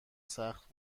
سخت